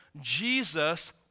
Jesus